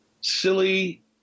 Silly